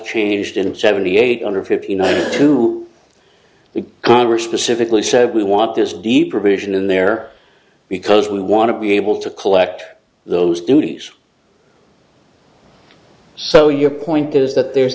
changed in seventy eight under fifty nine two the congress specifically said we want this d provision in there because we want to be able to collect those duties so your point is that there's